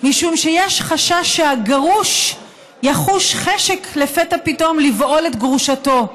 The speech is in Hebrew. משום שיש חשש שהגרוש יחוש חשק לפתע פתאום לבעול את גרושתו,